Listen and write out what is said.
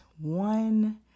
one